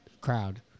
crowd